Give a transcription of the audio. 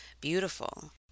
beautiful